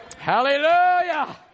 Hallelujah